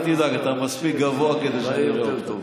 אל תדאג, אתה מספיק גבוה להיראות טוב.